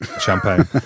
champagne